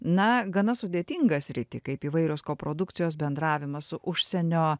na gana sudėtingą sritį kaip įvairios koprodukcijos bendravimą su užsienio